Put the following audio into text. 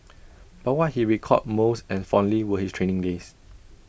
but what he recalled most and fondly were his training days